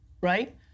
right